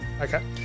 Okay